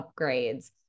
upgrades